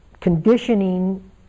conditioning